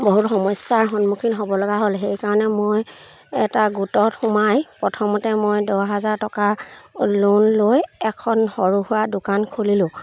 বহুত সমস্যাৰ সন্মুখীন হ'ব লগা হ'ল সেইকাৰণে মই এটা গোটত সোমাই প্ৰথমতে মই দহ হাজাৰ টকা লোন লৈ এখন সৰু সুৰা দোকান খুলিলোঁ